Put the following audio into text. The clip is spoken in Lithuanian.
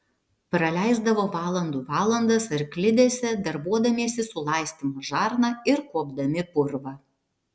praleisdavo valandų valandas arklidėse darbuodamiesi su laistymo žarna ir kuopdami purvą